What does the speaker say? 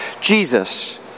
Jesus